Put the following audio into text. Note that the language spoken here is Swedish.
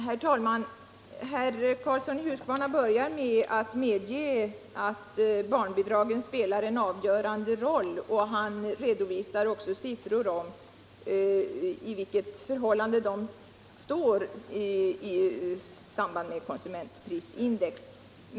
Herr talman! Herr Karlsson i Huskvarna började med att medge att barnbidraget spelar en avgörande roll i det ekonomiska stödet till barnfamiljerna. Han redovisade också siffror om i vilket förhållande barnbidraget står till konsumentprisindex.